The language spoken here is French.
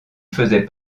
faisait